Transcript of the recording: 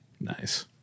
Nice